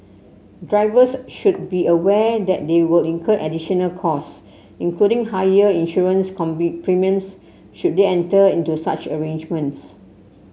drivers should be aware that they will incur additional cost including higher insurance premiums should they enter into such arrangements